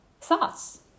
thoughts